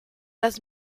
las